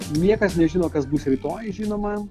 niekas nežino kas bus rytoj žinoma